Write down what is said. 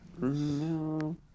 No